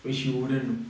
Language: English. which you wouldn't know